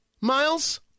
Miles